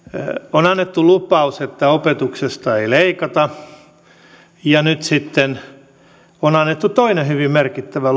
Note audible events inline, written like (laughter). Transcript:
on annettu lupaus että opetuksesta ei leikata ja nyt sitten on annettu toinen hyvin merkittävä (unintelligible)